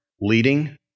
leading